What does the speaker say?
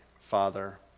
Father